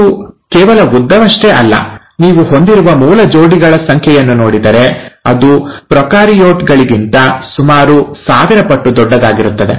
ಮತ್ತು ಕೇವಲ ಉದ್ದವಷ್ಟೇ ಅಲ್ಲ ನೀವು ಹೊಂದಿರುವ ಮೂಲ ಜೋಡಿಗಳ ಸಂಖ್ಯೆಯನ್ನು ನೋಡಿದರೆ ಅದು ಪ್ರೊಕಾರಿಯೋಟ್ ಗಳಿಗಿಂತ ಸುಮಾರು ಸಾವಿರ ಪಟ್ಟು ದೊಡ್ಡದಾಗಿರುತ್ತದೆ